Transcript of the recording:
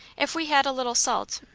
if we had a little salt,